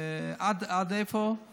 עד איפה,